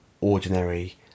ordinary